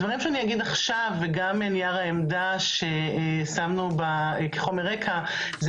הדברים שאני אגיד עכשיו וגם נייר העמדה ששמנו בחומר רקע זה